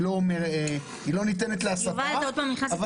שאלתי